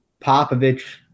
Popovich